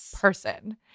person